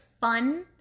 fun